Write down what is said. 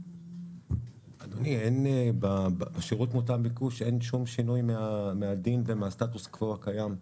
אדוני, אין שום שינוי מהדין ומהסטטוס קוו הקיים.